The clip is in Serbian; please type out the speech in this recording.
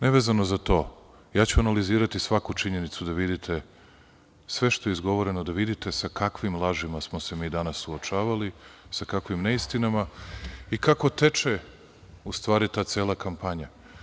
Nevezano za to, analiziraću svaku činjenicu, sve što je izgovoreno, da vidite sa kakvim lažima smo se mi danas suočavali, sa kakvim neistinama i kako teče, u stvari, ta cela kampanja.